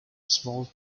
small